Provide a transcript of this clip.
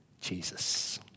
Jesus